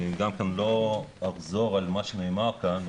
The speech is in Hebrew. גם כן לא אחזור על מה שנאמר כאן,